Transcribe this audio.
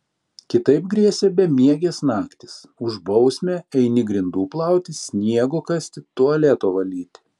kitaip grėsė bemiegės naktys už bausmę eini grindų plauti sniego kasti tualeto valyti